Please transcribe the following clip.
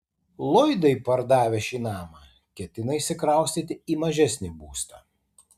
lloydai pardavę šį namą ketina išsikraustyti į mažesnį būstą